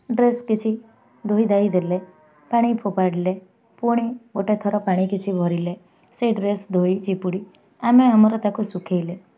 dress କିଛି ଧୋଇଧାଇ ଦେଲେ ପାଣି ଫୋପାଡ଼ିଲେ ପୁଣି ଗୋଟେ ଥର ପାଣି କିଛି ଭରିଲେ ସେ ଡ୍ରେସ୍ ଧୋଇ ଚିପୁଡ଼ି ଆମେ ଆମର ତାକୁ ଶୁଖେଇଲେ